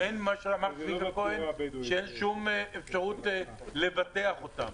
שאין שום אפשרות לבטח אותם,